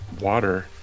water